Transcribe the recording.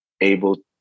able